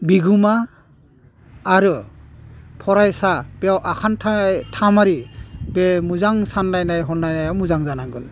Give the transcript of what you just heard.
बिगोमा आरो फरायसा बेयाव आखान्थाइ थामारि बे मोजां सानलायनाइ हनायनाया मोजां जानांगोन